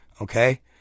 Okay